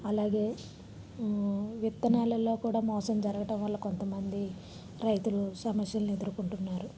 అలాగే విత్తనాలల్లో కూడా మోసం జరగటం వల్ల కొంతమంది రైతులు సమస్యలను ఎదురుకుంటున్నారు